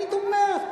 אני תומך,